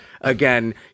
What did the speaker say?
again